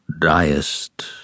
diest